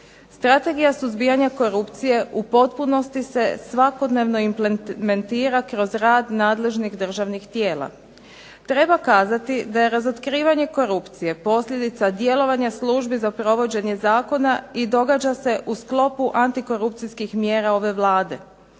Strategija suzbijanja korupcije u potpunosti se svakodnevno implementira kroz rad nadležnih državnih tijela. Treba kazati da je razotkrivanje korupcije posljedica djelovanja službi za provođenje zakona i događa se u sklopu antikorupcijskih mjera ove Vlade.